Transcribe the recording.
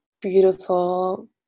beautiful